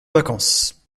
vacances